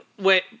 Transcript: wait